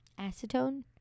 acetone